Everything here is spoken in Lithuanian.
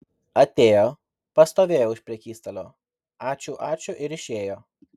atėjo pastovėjo už prekystalio ačiū ačiū ir išėjo